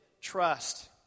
trust